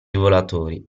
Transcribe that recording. volatori